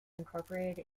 incorporated